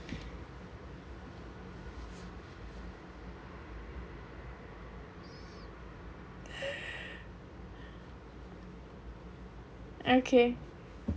okay